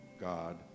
God